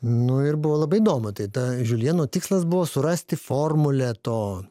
nu ir buvo labai įdomu tai ta žiuljeno tikslas buvo surasti formulę to